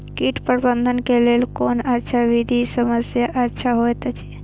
कीट प्रबंधन के लेल कोन अच्छा विधि सबसँ अच्छा होयत अछि?